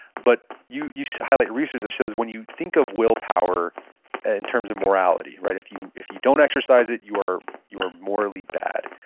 but you you highlight research that shows when you think of willpower in terms of morality, if you if you don't exercise it you are you are morally bad.